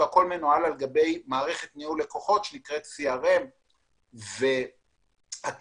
והכול מנוהל על גבי מערכת ניהול לקוחות שנקראת CRM. הקשר